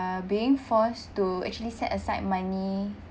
being forced to actually set aside money